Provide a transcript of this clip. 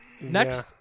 Next